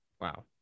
Wow